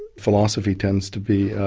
philosophy tends to be